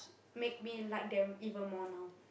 make me like them even more now